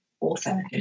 author